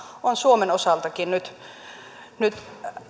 on suomen osaltakin nyt